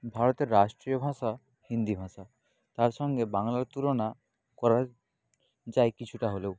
ভারতের রাষ্ট্রীয় ভাষা হিন্দি ভাষা তার সঙ্গে বাংলার তুলনা করা যায় কিছুটা হলেও